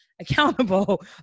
accountable